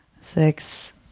six